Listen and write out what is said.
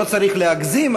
לא צריך להגזים,